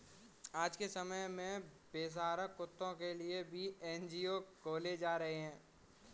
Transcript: आज के समय में बेसहारा कुत्तों के लिए भी एन.जी.ओ खोले जा रहे हैं